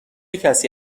کسی